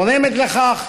גורמת לכך